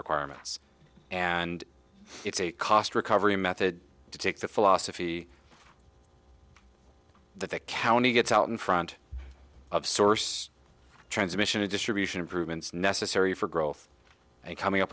requirements and it's a cost recovery method to take the philosophy that the county gets out in front of source transmission and distribution improvements necessary for growth and coming up